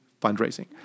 fundraising